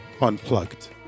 Unplugged